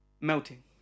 Melting